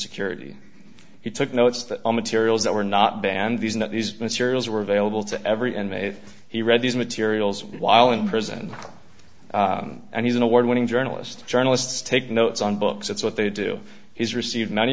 security he took notes that all materials that were not banned these not these materials were available to every and he read these materials while in prison and he's an award winning journalist journalists take notes on books that's what they do he's received many